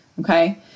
okay